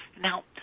Now